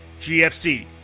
GFC